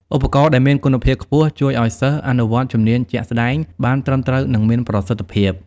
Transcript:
ឧបករណ៍ដែលមានគុណភាពខ្ពស់ជួយឱ្យសិស្សអនុវត្តជំនាញជាក់ស្តែងបានត្រឹមត្រូវនិងមានប្រសិទ្ធភាព។